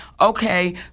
okay